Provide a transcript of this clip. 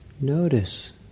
Notice